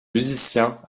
musicien